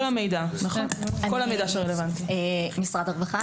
כל המידע שרלוונטי, נכון.